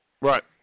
Right